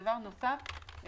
דבר נוסף,